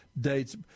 dates